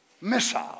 missile